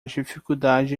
dificuldade